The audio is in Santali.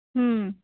ᱦᱩᱸᱻ